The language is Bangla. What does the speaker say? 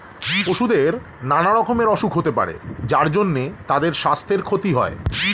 পশুদের নানা রকমের অসুখ হতে পারে যার জন্যে তাদের সাস্থের ক্ষতি হয়